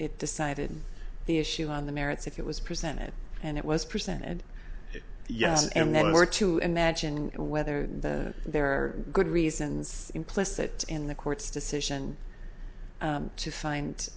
it decided the issue on the merits if it was presented and it was presented yes and then we were to imagine whether there are good reasons implicit in the court's decision to find